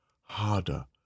harder